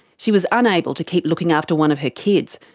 she was unable to keep looking after one of her kids,